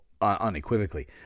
unequivocally